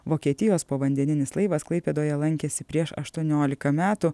vokietijos povandeninis laivas klaipėdoje lankėsi prieš aštuoniolika metų